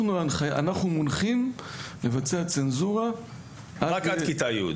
אנחנו מונחים לבצע צנזורה עד כיתה י'.